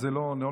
אז זה לא נחשב.